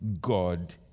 God